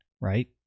right